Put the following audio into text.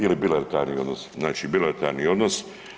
Ili bilateralni odnosi, znači bilateralni odnos.